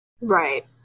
Right